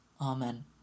Amen